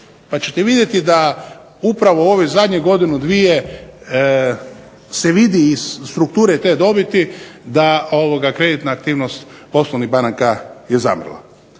pa ćete vidjeti da upravo u ovih zadnjih godinu, dvije se vidi iz strukture te dobiti da kreditna aktivnost poslovnih banaka je zamrla.